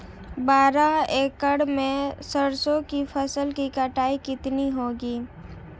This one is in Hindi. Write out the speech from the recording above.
बारह एकड़ में सरसों की फसल की कटाई कितनी होगी?